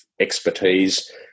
expertise